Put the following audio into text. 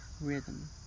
rhythm